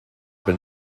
been